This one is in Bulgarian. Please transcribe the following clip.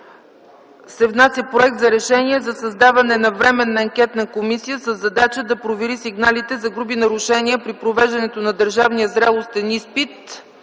се внася проект за решение за създаване на временна анкетна комисия със задача да провери сигналите за груби нарушения при провеждането на държавния зрелостен изпит